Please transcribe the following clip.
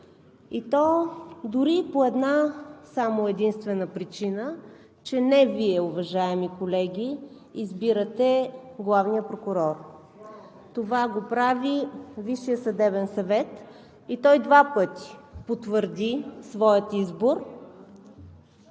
и то само по една-единствена причина, че не Вие, уважаеми колеги, избирате главния прокурор. Това го прави Висшият съдебен съвет и той два пъти потвърди своя избор,